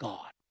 God